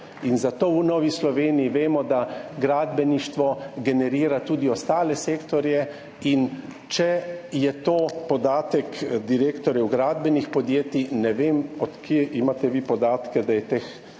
Zato. V Novi Sloveniji vemo, da gradbeništvo generira tudi ostale sektorje. In če je to podatek direktorjev gradbenih podjetij, ne vem, od kod imate vi podatke, da je teh